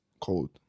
cold